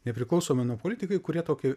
nepriklausomai nu politikai kurie tokį